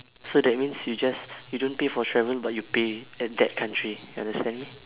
so that means you just you don't pay for travelling but you pay at that country you understand me